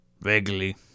vaguely